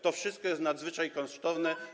To wszystko jest nadzwyczaj kosztowne.